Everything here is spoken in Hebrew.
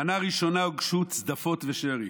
למנה ראשונה הוגשו צדפות ושרי,